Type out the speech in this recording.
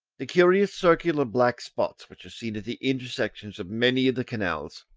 the curious circular black spots which are seen at the intersections of many of the canals,